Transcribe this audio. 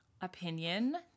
opinion